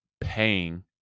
paying